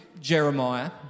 Jeremiah